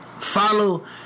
follow